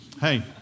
Hey